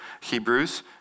Hebrews